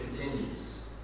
continues